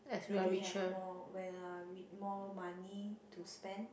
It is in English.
maybe have more when uh more money to spend